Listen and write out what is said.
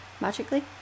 magically